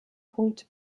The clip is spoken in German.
punkt